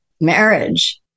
marriage